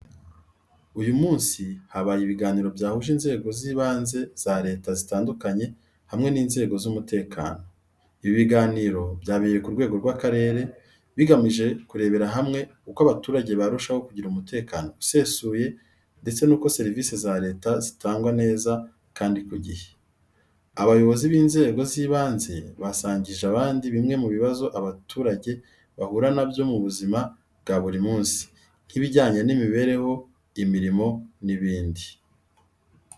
Uyu munsi habaye ibiganiro byahuje inzego z’ibanze za Leta zitandukanye hamwe n’inzego z’umutekano. Ibi biganiro byabereye ku rwego rw’akarere, bigamije kurebera hamwe uko abaturage barushaho kugira umutekano usesuye ndetse n’uko serivisi za Leta zitangwa neza kandi ku gihe. Abayobozi b’inzego z’ibanze basangije abandi bimwe mu bibazo abaturage bahura na byo mu buzima bwa buri munsi, nk’ibijyanye n’imibereho, imirimo n’ibindi.